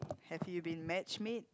have you been matchmade